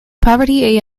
poverty